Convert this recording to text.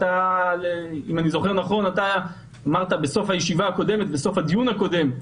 אתה אמרת בסוף הדיון הקודם,